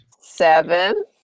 seven